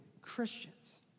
Christians